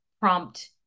Prompt